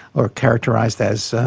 or characterised as,